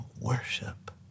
worship